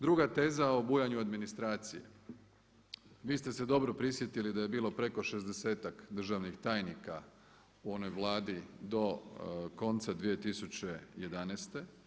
Druga teza o bujanju administracije, vi ste se dobro prisjetili da je bilo preko 60-ak državnih tajnika u onoj Vladi do konca 2011.